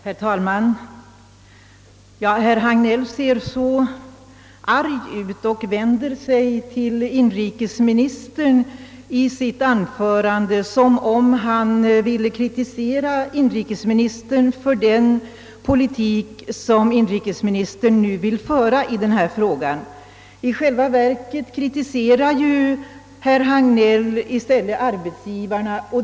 Herr talman! Herr Hagnell ser så arg ut och vänder sig till inrikesministern i sitt anförande som om han ville kritisera inrikesministern för den politik som inrikesministern nu vill föra i den här frågan. I själva verket kritiserar herr Hagnell i stället arbetsgivarna.